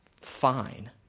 fine